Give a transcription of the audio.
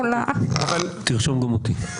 תרשום גם אותי.